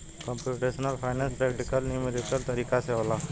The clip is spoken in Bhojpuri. कंप्यूटेशनल फाइनेंस प्रैक्टिकल नुमेरिकल तरीका से होला